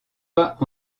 pas